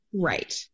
Right